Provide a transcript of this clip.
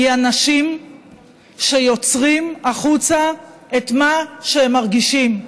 היא אנשים שיוצרים החוצה את מה שהם מרגישים.